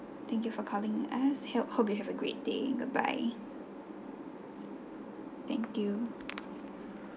thank you for calling to us hope you have a great day goodbye thank you